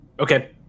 Okay